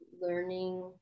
learning